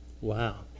Wow